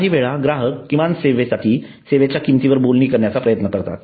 काही वेळा ग्राहक किमान सेवेसाठी सेवेच्या किंमतीवर बोलणी करण्याचा प्रयत्न करतात